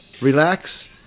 relax